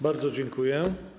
Bardzo dziękuję.